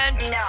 No